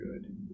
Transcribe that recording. good